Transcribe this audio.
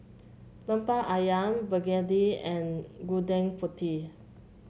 lemper ayam begedil and Gudeg Putih